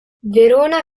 verona